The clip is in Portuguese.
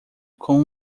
com